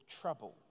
trouble